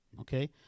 okay